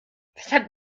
weshalb